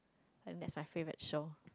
and that's my favourite show